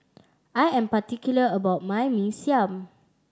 I am particular about my Mee Siam